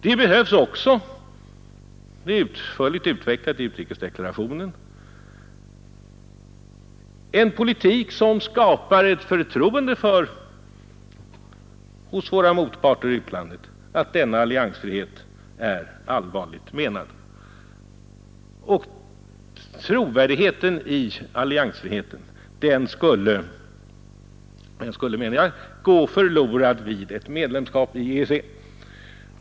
Vidare behövs det — och det är utförligt redovisat i utrikesdeklarationen — en politik som hos våra motparter i utlandet skapar förtroende för att vår alliansfrihet är allvarligt menad. Och trovärdigheten i vår alliansfrihet skulle, menar jag, gå förlorad vid ett medlemskap i EEC.